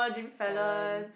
Fellon